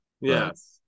Yes